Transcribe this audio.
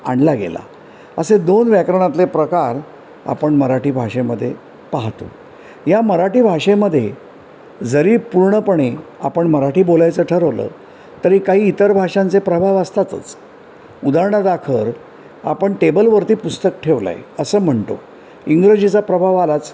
आणला गेला असे दोन व्याकरणातले प्रकार आपण मराठी भाषेमध्ये पाहतो या मराठी भाषेमध्ये जरी पूर्णपणे आपण मराठी बोलायचं ठरवलं तरी काही इतर भाषांचे प्रभाव असतातच उदाहरणाराखल आपण टेबलवरती पुस्तक ठेवलं आहे असं म्हणतो इंग्रजीचा प्रभाव आलाच